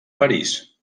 parís